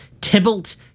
Tybalt